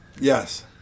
Yes